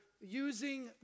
using